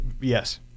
yes